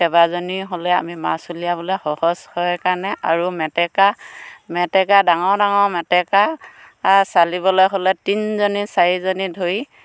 কেইবাজনীও হ'লে আমি মাছ উলিয়াবলে সহজ হয় কাৰণে আৰু মেটেকা মেটেকা ডাঙৰ ডাঙৰ মেটেকা চালিবলে হ'লে তিনিজনী চাৰিজনী ধৰি